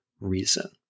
reason